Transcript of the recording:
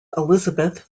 elizabeth